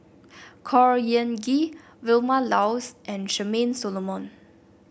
Khor Ean Ghee Vilma Laus and Charmaine Solomon